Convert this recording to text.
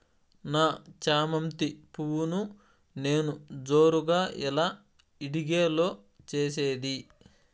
నా చామంతి పువ్వును నేను జోరుగా ఎలా ఇడిగే లో చేసేది?